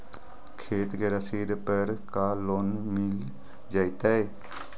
खेत के रसिद पर का लोन मिल जइतै?